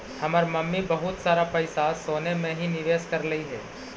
हमर मम्मी बहुत सारा पैसा सोने में ही निवेश करलई हे